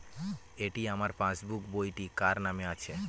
এটি আমার পাসবুক বইটি কার নামে আছে?